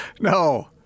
No